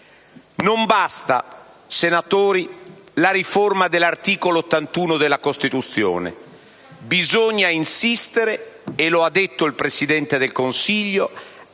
Non basta, senatori, la riforma dell'articolo 81 della Costituzione. Bisogna insistere - lo ha detto il Presidente del Consiglio